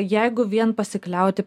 jeigu vien pasikliauti